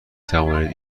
توانید